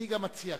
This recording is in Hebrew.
אני גם אציע כך: